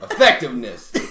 Effectiveness